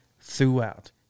throughout